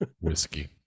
whiskey